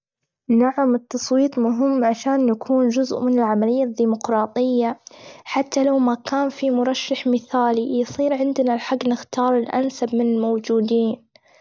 نعم التصويت مهم عشان نكون جزء من العملية الديمقراطية، حتى لو ما كان في مرشح مثالي يصير عندنا الحج نختار الأنسب من الموجودين.